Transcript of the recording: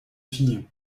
fille